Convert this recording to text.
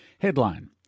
Headline